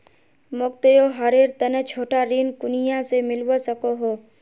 मोक त्योहारेर तने छोटा ऋण कुनियाँ से मिलवा सको हो?